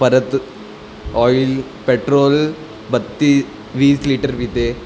परत oil petrol बत्ती वीस लिटर पिते